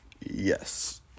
Yes